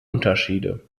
unterschiede